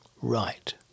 Right